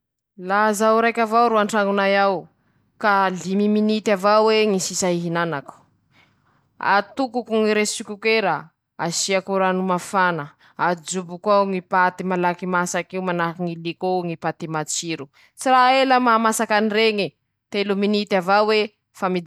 Laha zaho ro mpamboly, añatinyñy maha maikyñy tany iñe: -ñy fomba hiarovakoñy famboleako o,mampiasa tekiniky aho o,aminyñy fanondraha azy, noho aminyñy fañadiova azy mba tsy ho maty, manahaky anizay ñy fampiasañy fe-petsy manoka aminyñytany hamboleako oñy; manahaky anizayñy fampiasako,f fambolea nohoñy rahamitiry, mahazaka hain-tane.